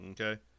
Okay